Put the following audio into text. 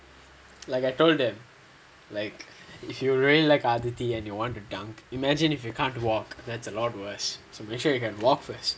like I told him like if you really like adithi and you want to dunk imagine if you can't walk that's a lot worse so make sure you can walk first